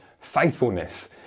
faithfulness